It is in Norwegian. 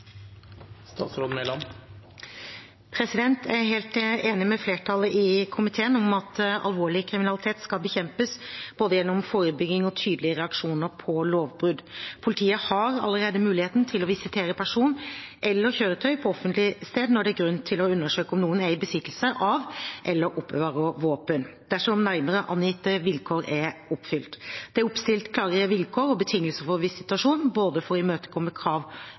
helt enig med flertallet i komiteen om at alvorlig kriminalitet skal bekjempes både gjennom forebygging og tydelige reaksjoner på lovbrudd. Politiet har allerede muligheten til å visitere person eller kjøretøy på offentlig sted når det er grunn til å undersøke om noen er i besittelse av eller oppbevarer våpen, dersom nærmere angitte vilkår er oppfylt. Det er oppstilt klare vilkår og betingelser for visitasjon, både for å imøtekomme krav